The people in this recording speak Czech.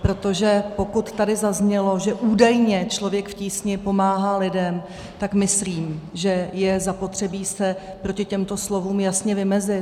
Protože pokud tady zaznělo, že údajně Člověk v tísni pomáhá lidem, tak myslím, že je zapotřebí se proti těmto slovům jasně vymezit.